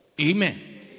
Amen